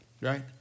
right